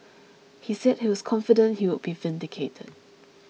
he said he was confident he would be vindicated